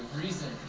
reason